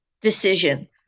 decision